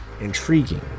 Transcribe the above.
intriguing